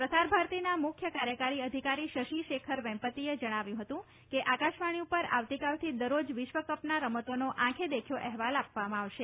પ્રસાર ભારતીના મુખ્ય કાર્યકારી અધિકારી શશી શેખર વેમ્પતીએ જણાવ્યું હતું કે આકાશવાણી પર આવતીકાલથી દરરોજ વિશ્વકપના રમતોનો આંખે દેખ્યો અહેવાલ આપવામાં આવશે